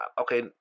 okay